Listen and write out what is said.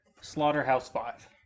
Slaughterhouse-Five